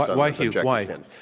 but why, hugh? why? and